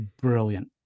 brilliant